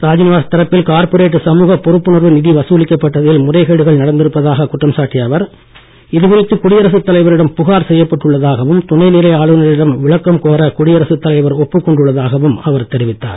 ராஜ்நிவாஸ் தரப்பில் கார்ப்பரேட் சமூகப் பொறுப்புணர்வு நிதி வசூலிக்கப்பட்டதில் முறைகேடுகள் நடந்திருப்பதாக குற்றம் சாட்டிய அவர் இது குறித்து குடியரசுத் தலைவரிடம் புகார் செய்யப்பட்டு உள்ளதாகவும் துணைநிலை ஆளுநரிடம் விளக்கம் கோருவதற்கு குடியரசுத் தலைவர் ஒப்புக் கொண்டுள்ளதாகவும் அவர் தெரிவித்தார்